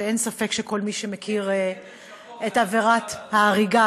ואין ספק שכל מי שמכיר את עבירת ההריגה,